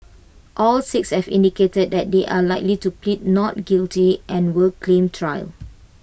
all six have indicated that they are likely to plead not guilty and will claim trial